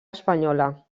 espanyola